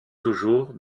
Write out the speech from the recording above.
toujours